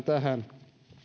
tähän